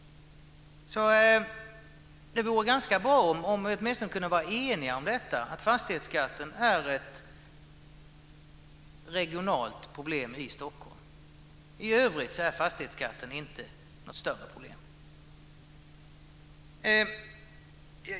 Det vore ganska bra om vi åtminstone kunde vara eniga om att fastighetsskatten är ett regionalt problem i Stockholm. I övrigt är fastighetsskatten inte något större problem.